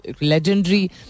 legendary